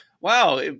wow